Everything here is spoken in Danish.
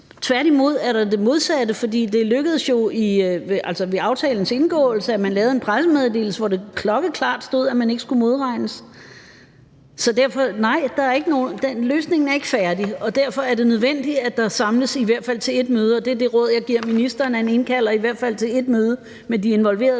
Tværtimod er der sket det modsatte, for det blev jo sådan ved aftalens indgåelse, at man lavede en pressemeddelelse, hvor der klokkeklart stod, at man ikke skulle modregnes. Så nej, der er ikke kommet nogen løsning, og derfor er det nødvendigt, at man samles til i hvert fald ét møde, og det er det råd, jeg vil give til ministeren, altså at han indkalder de involverede